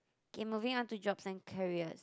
okay moving on to jobs and careers